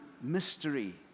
mystery